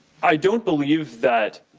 i don't believe that